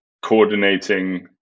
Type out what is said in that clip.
coordinating